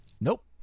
Nope